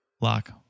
Lock